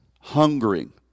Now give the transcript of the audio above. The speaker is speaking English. hungering